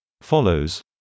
follows